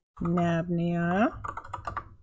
Nabnia